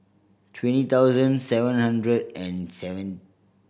twenty thousand seven hundred and seven